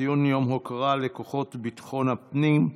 ציון יום ההוקרה לכוחות ביטחון הפנים,